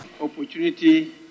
Opportunity